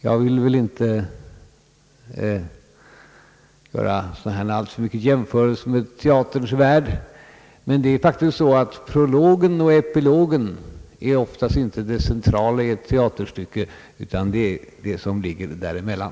Jag vill inte göra alltför många jämförelser med teaterns värld, men det är faktiskt så, att prologen och epilogen oftast inte är det centrala i ett teaterstycke, utan det som ligger däremellan.